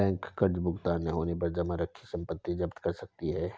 bank कर्ज भुगतान न होने पर जमा रखी हुई संपत्ति जप्त कर सकती है